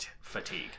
fatigue